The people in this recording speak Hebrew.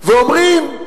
ואומרים: